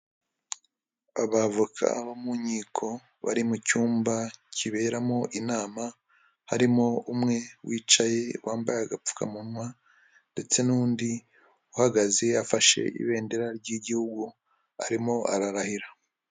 Abavoka bo mu nkiko bari mu cyumba kiberamo inama harimo umwe wicaye wambaye agapfukamunwa ndetse n'undi uhagaze afashe ibendera ry'igihugu arimo ararahira.